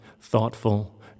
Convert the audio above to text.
thoughtful